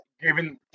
given